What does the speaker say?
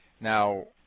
Now